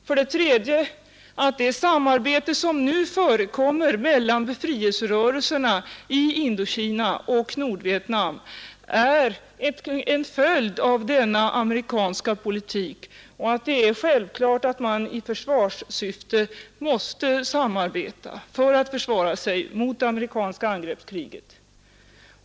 För det tredje framgår att det samarbete som nu förekommer mellan Nordvietnam och befrielserörelserna i Indokina är en följd av denna amerikanska politik och att det är självklart att man i försvarssyfte måste samarbeta för att försvara sig mot det amerikanska angreppskriget.